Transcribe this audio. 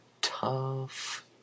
tough